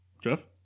Jeff